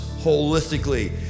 holistically